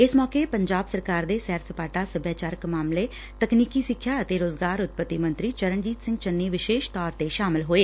ਇਸ ਮੌਕੇ ਪੰਜਾਬ ਸਰਕਾਰ ਦੇ ਸੈਰ ਸਪਾਟਾ ਸਭਿਆਚਾਰਕ ਮਾਮਲੇ ਤਕਨੀਕੀ ਸਿਖਿਆ ਅਤੇ ਰੋਜ਼ਗਾਰ ਉਤਪਤੀ ਮੰਤਰੀ ਚਰਨਜੀਤ ਸਿੰਘ ਚੰਨੀ ਵਿਸ਼ੇਸ਼ ਤੌਰ ਤੇ ਸ਼ਾਮਲ ਹੋਏ